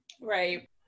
right